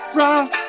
rock